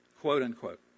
quote-unquote